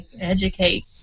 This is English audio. educate